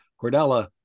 Cordella